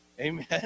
Amen